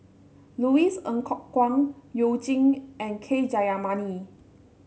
Louis Ng Kok Kwang You Jin and K Jayamani